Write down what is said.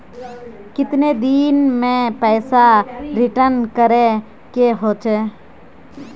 कितने दिन में पैसा रिटर्न करे के होते?